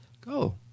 Go